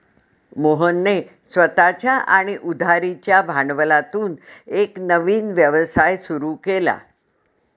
मोहनने स्वतःच्या आणि उधारीच्या भांडवलातून एक नवीन व्यवसाय सुरू केला